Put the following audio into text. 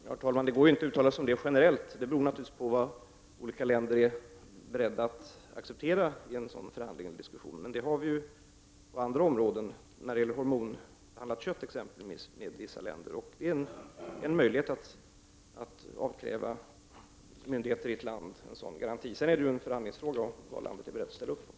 Herr talman! Det går inte att uttala sig om det generellt. Det beror naturligtvis på vad olika länder är beredda att acceptera i en sådan förhandling eller diskussion. Vi har ju överenskommelser med vissa länder exempelvis när det gäller hormonbehandlat kött. Det finns en möjlighet att avkräva myndigheter i ett land en garanti. Sedan är det en förhandlingsfråga vad landet är berett att ställa upp på.